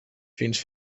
fins